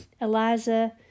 Eliza